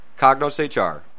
CognosHR